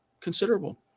considerable